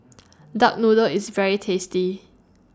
Duck Noodle IS very tasty